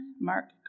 Mark